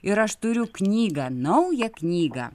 ir aš turiu knygą naują knygą